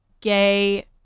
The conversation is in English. gay